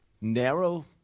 narrow